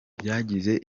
ryagize